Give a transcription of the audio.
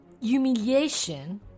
humiliation